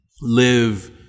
live